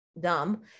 dumb